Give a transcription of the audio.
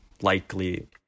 likely